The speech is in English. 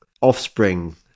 offspring